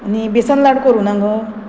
आनी बेसन लाडू करूं ना गो